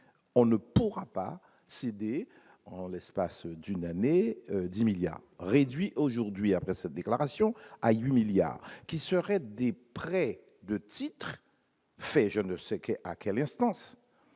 on ne pourra pas céder en l'espace d'une année, 10 milliards réduit aujourd'hui après sa déclaration à 8 milliards qui seraient des prêts de titres fait je ne sais que à quelle instance